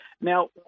Now